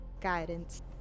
guidance